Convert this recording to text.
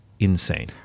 insane